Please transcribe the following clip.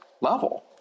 level